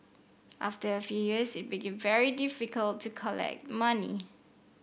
after a few years it became very difficult to collect money